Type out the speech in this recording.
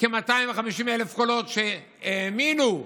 כ-250,000 קולות שהאמינו,